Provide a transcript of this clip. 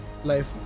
Life